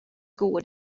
goed